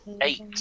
Eight